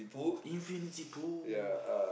infinity pool